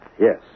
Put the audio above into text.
Yes